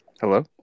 Hello